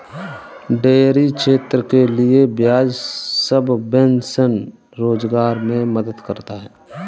dairy क्षेत्र के लिये ब्याज सबवेंशन रोजगार मे मदद करता है